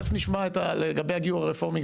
תכף נשמע לגבי הגיור הרפורמי,